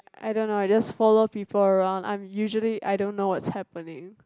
I don't know I just follow people around I'm usually I don't know what's happening